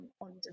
on